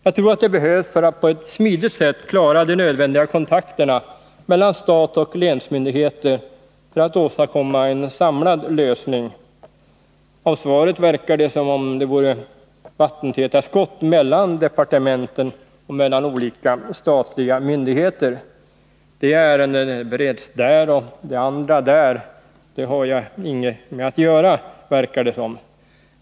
Jag tror att det behövs för att man på ett smidigt sätt skall klara de nödvändiga kontakterna mellan statliga myndigheter och länsmyndigheter för att åstadkomma en samlad lösning. Av svaret verkar det som om det vore vattentäta skott mellan departementen och mellan olika statliga myndigheter. Det ena ärendet bereds här, det andra där. Det har jag inget Nr 33 med att göra, verkar det som om arbetsmarknadsministern menar.